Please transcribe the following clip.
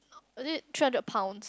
was it three hundred pound